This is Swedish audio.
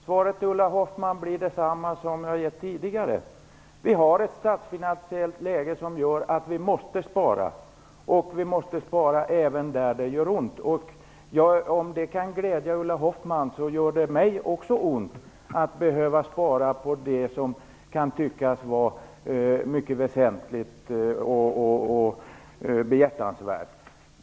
Herr talman! Svaret till Ulla Hoffmann blir detsamma som jag har gett tidigare. Vi har ett statsfinansiellt läge som gör att vi måste spara, och vi måste spara även där det gör ont. Om det kan glädja Ulla Hoffmann så gör det också mig ont att behöva spara på det som kan tyckas vara mycket väsentligt och behjärtansvärt.